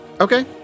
Okay